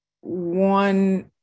one